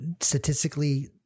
statistically